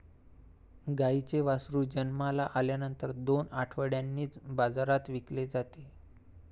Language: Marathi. गाईचे वासरू जन्माला आल्यानंतर दोन आठवड्यांनीच बाजारात विकले जाते